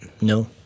No